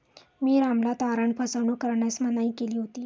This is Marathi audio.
मी रामला तारण फसवणूक करण्यास मनाई केली होती